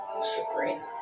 Sabrina